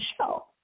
show